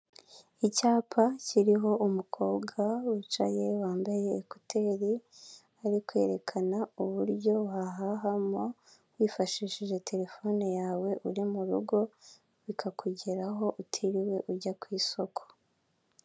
Icyapa kiriho umukobwa wicaye wambaye ekuteri, ari kwerekana uburyo wahahamo wifashishije telefone yawe uri mu rugo, bikakugeraho utiriwe ujya ku isoko.